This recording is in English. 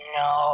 no